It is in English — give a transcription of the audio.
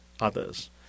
others